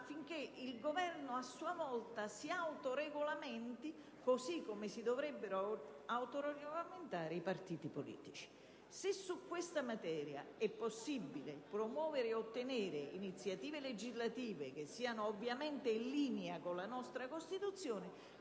affinché il Governo, a sua volta, si autoregolamenti, così come dovrebbero autoregolamentarsi i partiti politici, dando trasparenza delle proprie scelte. Se su questa materia è possibile promuovere e ottenere iniziative legislative che siano ovviamente in linea con la nostra Costituzione,